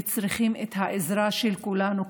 וצריכים את העזרה של כולנו,